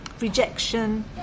rejection